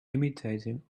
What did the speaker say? imitating